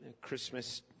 Christmas